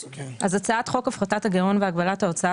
הצעת חוק הפחתת הגירעון והגבלת ההוצאה